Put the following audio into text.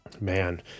Man